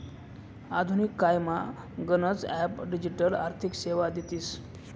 आधुनिक कायमा गनच ॲप डिजिटल आर्थिक सेवा देतीस